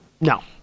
No